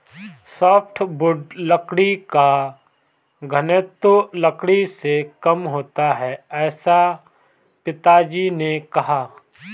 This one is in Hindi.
सॉफ्टवुड लकड़ी का घनत्व लकड़ी से कम होता है ऐसा पिताजी ने कहा